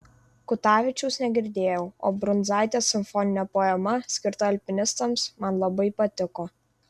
kutavičiaus negirdėjau o brundzaitės simfoninė poema skirta alpinistams man labai patiko